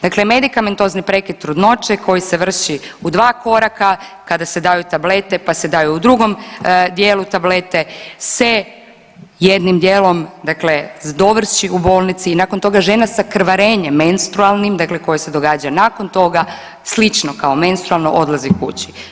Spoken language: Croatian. Dakle, medikamentozni prekid trudnoće koji se vrši u dva koraka kada se daju tablete pa daju u drugom dijelu tablete se jednim dijelom dakle zdovrši u bolnici i nakon toga žena sa krvarenjem menstrualnim, dakle koje se događa nakon toga slično kao menstrualno odlazi kući.